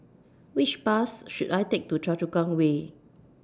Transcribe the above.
Which Bus should I Take to Choa Chu Kang Way